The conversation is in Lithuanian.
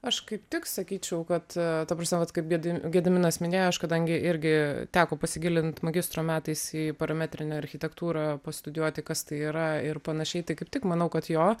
aš kaip tik sakyčiau kad ta prasme vat kaip gedi gediminas minėjo aš kadangi irgi teko pasigilint magistro metais į parametrinę architektūrą pastudijuoti kas tai yra ir panašiai tai kaip tik manau kad jo